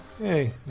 Hey